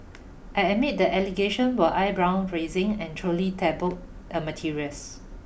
I admit the allegation were eyebrow raising and truly tabloid a materials